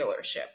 dealership